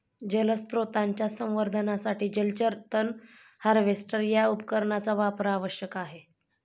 जलस्रोतांच्या संवर्धनासाठी जलचर तण हार्वेस्टर या उपकरणाचा वापर आवश्यक आहे